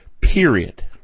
period